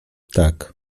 tak